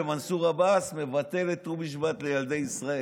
ומנסור עבאס מבטל את ט"ו בשבט לילדי ישראל.